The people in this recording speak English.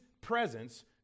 presence